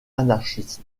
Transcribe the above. anarchiste